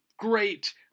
Great